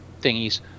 thingies